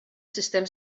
sustem